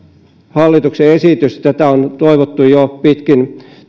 hallituksen esitystä on toivottu jo pitkin